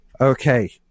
Okay